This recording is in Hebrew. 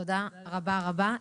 תודה רבה-רבה.